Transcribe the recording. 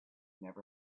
never